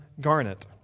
garnet